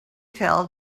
tell